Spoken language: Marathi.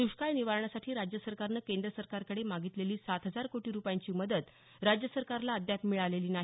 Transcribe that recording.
द्ष्काळ निवारणासाठी राज्य सरकारनं केंद्र सरकारकडे मागितलेली सात हजार कोटी रूपयांची मदत राज्य सरकारला अद्याप मिळालेली नाही